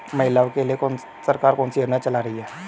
महिलाओं के लिए सरकार कौन सी योजनाएं चला रही है?